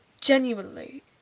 Genuinely